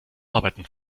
arbeiten